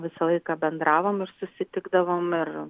visą laiką bendravom ir susitikdavom ir